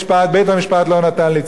בית-המשפט לא נתן לי צדק.